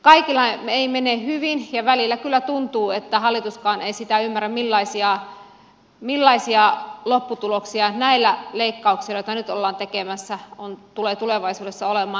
kaikilla ei mene hyvin ja välillä kyllä tuntuu että hallituskaan ei sitä ymmärrä millaisia lopputuloksia näillä leikkauksilla joita nyt ollaan tekemässä tulee tulevaisuudessa olemaan